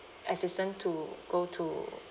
assistant to go to